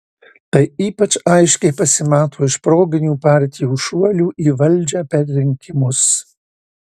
tai ypač aiškiai pasimato iš proginių partijų šuolių į valdžią per rinkimus